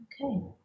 Okay